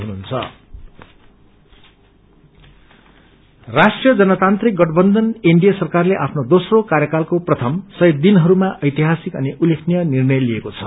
NDA राष्ट्रिय जनतान्त्रिक गठबन्धन सरकारले आफ्नो दोस्रो कार्यकालको प्रथम सय दिनहरूमा ऐतिहासिक अनि उल्लेखनीय निर्णय लिएको छ